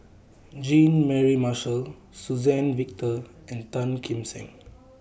Jean Mary Marshall Suzann Victor and Tan Kim Seng